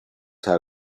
had